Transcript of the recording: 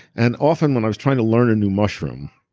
and often when i was trying to learn a new mushroom,